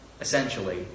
Essentially